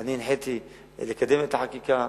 אני הנחיתי לקדם את החקיקה,